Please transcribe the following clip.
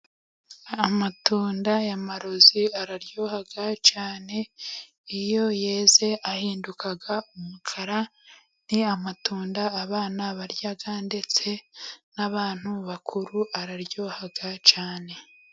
Amatunda ya marozi araryoha cyane, iyo yeze ahinduka umukara, n'amatunda abana barya, ndetse n'abantu bakuru araryoha cyane.